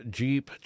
jeep